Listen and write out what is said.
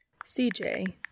CJ